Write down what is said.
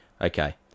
Okay